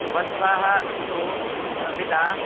वद्ध्वाः पिता पिता